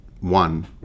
one